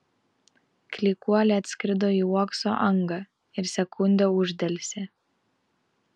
klykuolė atskrido į uokso angą ir sekundę uždelsė